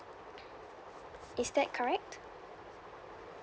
is that correct